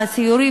ובסיורים,